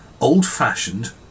old-fashioned